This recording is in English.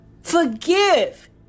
forgive